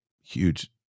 huge